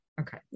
Okay